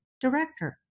director